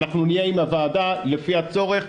אנחנו נהיה עם הוועדה לפי הצורך,